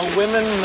women